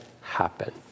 happen